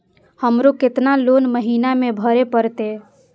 हमरो केतना लोन महीना में भरे परतें?